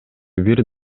бир